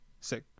six